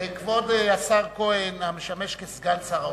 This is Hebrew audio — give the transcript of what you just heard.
כבוד השר כהן, המשמש כסגן שר האוצר,